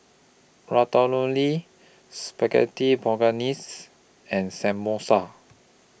Spaghetti Bolognese and Samosa